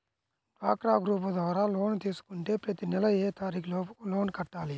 డ్వాక్రా గ్రూప్ ద్వారా లోన్ తీసుకుంటే ప్రతి నెల ఏ తారీకు లోపు లోన్ కట్టాలి?